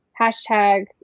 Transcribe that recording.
hashtag